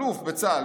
אלוף בצה"ל,